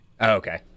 Okay